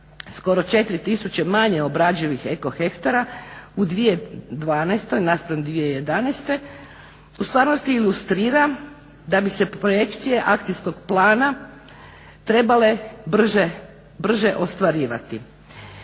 skoro 4 tisuća manje obradivih eko hektara u 2012.napsram 2011.ustvarnosti ilustrira da bi se projekcije akcijskog plana trebale brže ostvarivati.